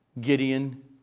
Gideon